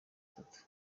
atatu